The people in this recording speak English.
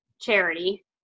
charity